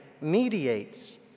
mediates